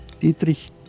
Dietrich